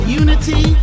unity